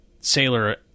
sailor